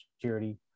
security